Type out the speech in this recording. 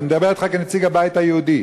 אני מדבר אתך כנציג הבית היהודי,